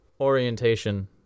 orientation